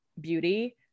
beauty